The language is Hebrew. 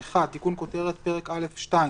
1. תיקון כותרת פרק א'2.